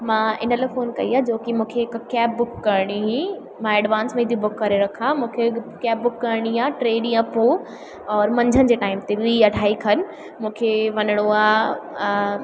मां इन लाइ फोन कई आहे जोकी मूंखे हिकु कैब बुक करिणी हुई मां एडवांस में ई बुक करे रखा मूंखे हिकु कैब बुक करिणी आहे टे ॾींहं पोइ और मंझंदि जे टाइम ते वीह अढ़ाई खनि मूंखे वञिणो आहे